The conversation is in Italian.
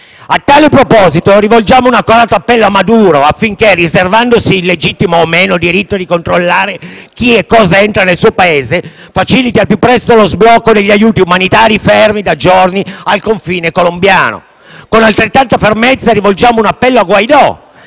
A tale proposito rivolgiamo un accorato appello a Maduro affinché, riservandosi il legittimo - o meno - diritto di controllare chi e cosa entra nel suo Paese, faciliti al più presto lo sblocco degli aiuti umanitari fermi da giorni al confine colombiano. Con altrettanta fermezza rivolgiamo un appello a Guaidó